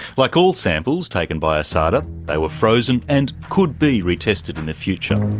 like all samples taken by asada, they were frozen and could be retested in the future.